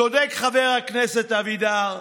צודק חבר הכנסת אבידר: